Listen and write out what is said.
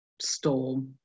storm